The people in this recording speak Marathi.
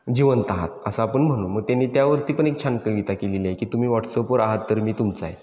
जिवंत आहात असं आपण म्हणू मग त्यांनी त्यावरती पण एक छान कविता केलेली आहे की तुम्ही वॉट्सअपवर आहात तर मी तुमचा आहे